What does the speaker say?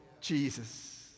Jesus